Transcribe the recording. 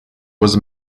was